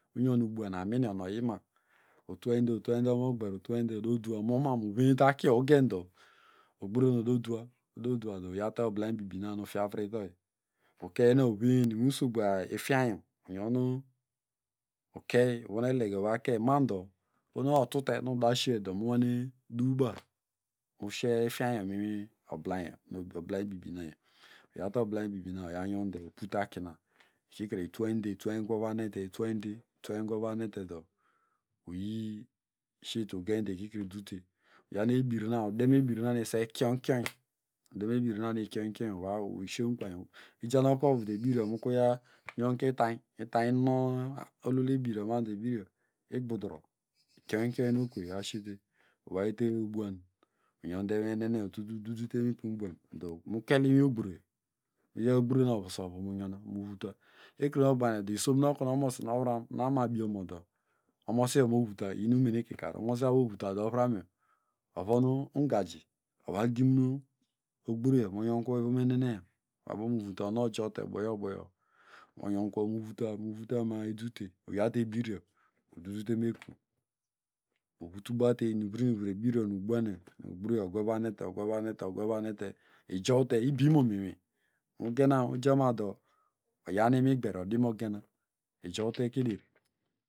Uyon ubuan amin otwayn otwanyte omogber otwanynd ododwa umonma oveyente akiyo ugendo ogburona ododwa ododwado uyawte oblanyu bibi nanu ufiavriteyo ukeynon uvenyen inwisogbo ifyany unyon ukey uvon elege mando ohonu otute nudashedo munwaneduba mushe ifyianyo minwi oblayno nukuru oblanyubibinayo uyawte oblaynbibi unyade dọ ikute akina lkikire itwany gwavahinente ltwajude itwajngwavahinetedo uyislie ugende ikikre idute uyaw nebirna uden eborna lkionkion lwamuslie. mu ukpany ikru, itanyn nu ikionkion okwey unyode ubuan uyonde inwi enene uturu dudute imipyu ubuan dọ mukel mu inwi ogbro uyo ogbo no ovusovu muvuta ekre nogbagine isonoomakunu omosi novram nomabie omọ dọ utin mene kikar omosi abomovuta do ovramyo ovonungaji ova gim ogburoyo oyonivom eneneyo onu ojowte uboyo boyo onyonkwo muvuta muvutama a idute uyawte ebiryo ududutrmekun dọ ivutubate inuvro inuvro ebiryo nubuanyo ogburo ogwavahinete ogwavahinete, ogwavahinete ijowte ibimomini inwi miyena ijamando uyanmigber odimegena ijowte keder.